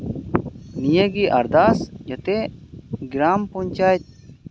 ᱱᱤᱭᱟᱹᱜᱮ ᱟᱨᱫᱟᱥ ᱡᱟᱛᱮ ᱜᱨᱟᱢ ᱯᱚᱧᱪᱟᱭᱮᱛ